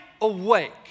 awake